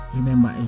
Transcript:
Remember